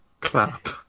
clap